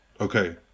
okay